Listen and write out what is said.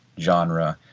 genre.